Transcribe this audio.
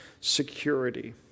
security